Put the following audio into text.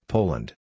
Poland